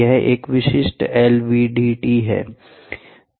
यह एक विशिष्ट LVDT है